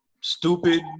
stupid